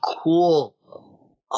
cool